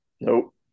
Nope